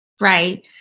Right